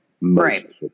Right